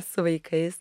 su vaikais